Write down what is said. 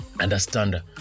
understand